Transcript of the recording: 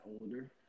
older